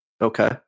Okay